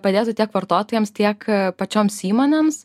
padėtų tiek vartotojams tiek pačioms įmonėms